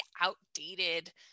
outdated